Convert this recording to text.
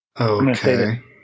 Okay